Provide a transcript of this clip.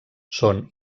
són